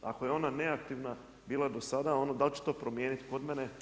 Ako je ona neaktivna bila do sada, onda da li će to promijeniti kod mene?